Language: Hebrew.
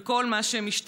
על כל מה שמשתמע,